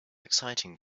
exciting